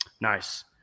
Nice